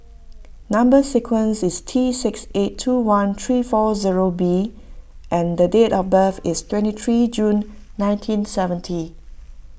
Number Sequence is T six eight two one three four zero B and date of birth is twenty three June nineteen seventy